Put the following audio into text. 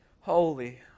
holy